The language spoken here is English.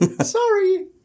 sorry